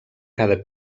cada